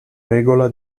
regola